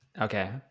Okay